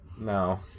No